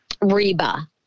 Reba